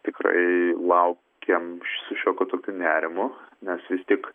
tikrai laukėm su šiokiu tokiu nerimu nes vis tik